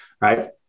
right